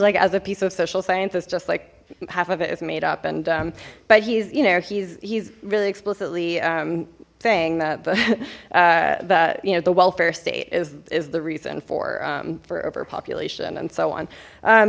like as a piece of social science it's just like half of it is made up and but he's you know he's he's really explicitly saying that that you know the welfare state is is the reason for for overpopulation and so on